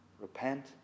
Repent